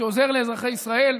שעוזר לאזרחי ישראל.